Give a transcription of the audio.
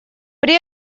при